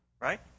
right